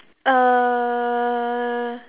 uh